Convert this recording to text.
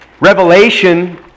Revelation